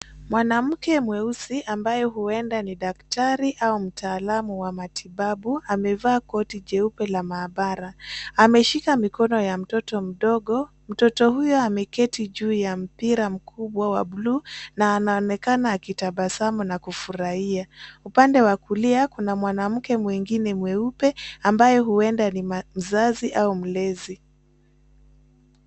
Mwanamke mweusi ambaye huenda ni daktari au mtaalamu wa matibabu, amevaa koti jeupe la maabara. Ameshika mikono ya mtoto mdogo. Mtoto huyo ameketi juu ya mpira mkubwa wa blue na anaonekana akitabasamu na kufurahia. Upande wa kulia kuna mwanamke mwingine mweupe ambaye huenda ni mzazi au mlezi.